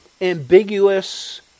ambiguous